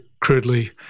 crudely